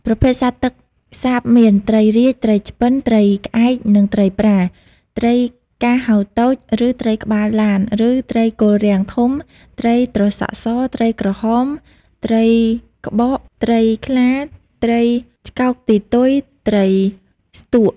ប្រភេទត្រីទឹកសាបមាន ត្រីរាជ ត្រីឆ្ពិន ត្រីក្អែក និង ត្រីប្រា ត្រីការហោតូច ឬត្រីក្បាលឡាន ឬត្រីគល់រាំងធំ ត្រីត្រសក់ស ត្រីក្រហម ត្រីក្បក ត្រីខ្លា ត្រីឆ្កោកទីទុយ ត្រីស្ទក់។